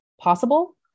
possible